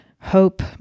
hope